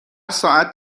ساعت